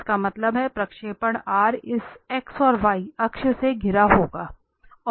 इसका मतलब है प्रक्षेपण R इस x और y अक्ष से घिरा होगा